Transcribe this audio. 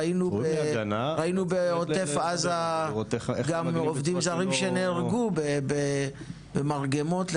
ראינו בעוטף עזה גם עובדים זרים שנהרגו במרגמות,